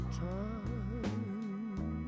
time